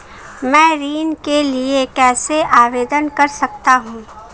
मैं ऋण के लिए कैसे आवेदन कर सकता हूं?